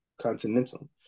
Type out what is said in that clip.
Continental